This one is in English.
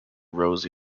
rose